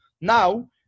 Now